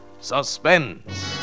Suspense